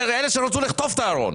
זה אלה שרצו לחטוף את הארון,